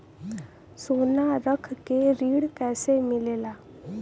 सोना रख के ऋण कैसे मिलेला?